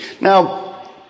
Now